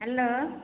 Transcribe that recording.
hello